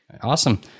Awesome